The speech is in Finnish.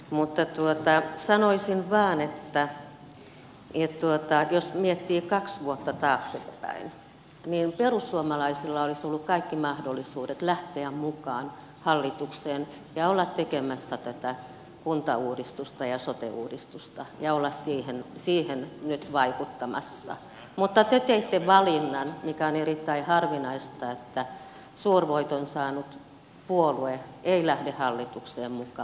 mutta sanoisin vain että jos miettii kaksi vuotta taaksepäin niin perussuomalaisilla olisi ollut kaikki mahdollisuudet lähteä mukaan hallitukseen ja olla tekemässä tätä kuntauudistusta ja sote uudistusta ja olla siihen nyt vaikuttamassa mutta te teitte valinnan mikä on erittäin harvinainen että suurvoiton saanut puolue ei lähde hallitukseen mukaan vaan jää oppositioon